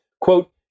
Quote